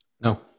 No